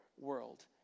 world